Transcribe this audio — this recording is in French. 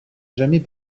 jamais